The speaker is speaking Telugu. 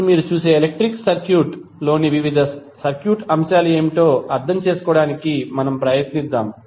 ఇప్పుడు మీరు చూసే ఎలక్ట్రికల్ సర్క్యూట్ లోని వివిధ సర్క్యూట్ అంశాలు ఏమిటో అర్థం చేసుకోవడానికి ప్రయత్నిద్దాం